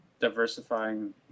diversifying